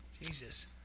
Jesus